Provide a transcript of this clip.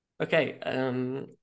Okay